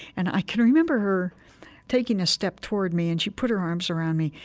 and i can remember her taking a step toward me and she put her arms around me,